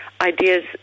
ideas